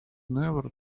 never